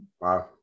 Wow